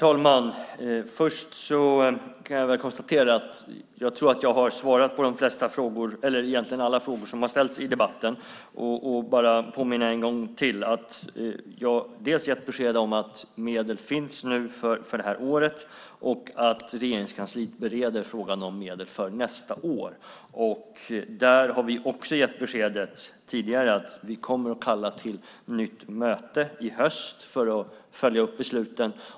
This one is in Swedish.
Herr talman! Jag tror att jag egentligen har svarat på alla frågor som har ställts i debatten. Jag vill påminna om att jag har gett besked om att medel finns för det här året och att Regeringskansliet bereder frågan om medel för nästa år. Vi har också tidigare gett besked om att vi kommer att kalla till ett nytt möte i höst för att följa upp besluten.